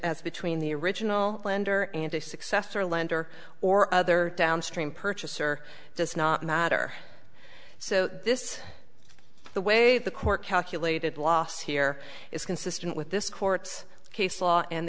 as between the original lender and a successor lender or other downstream purchaser does not matter so this is the way the court calculated loss here is consistent with this court's case law and